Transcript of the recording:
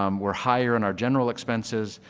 um we are higher in our general expenses.